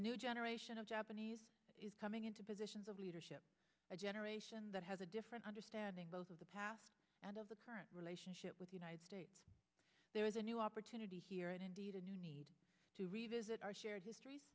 new generation of japanese coming into positions of leadership a generation that has a different understanding both of the past and of the current relationship with united states there is a new opportunity here and indeed a new need to revisit our shared histor